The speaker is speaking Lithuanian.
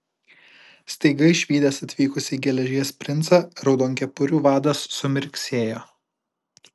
staiga išvydęs atvykusį geležies princą raudonkepurių vadas sumirksėjo